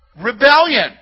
Rebellion